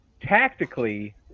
tactically